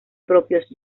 propios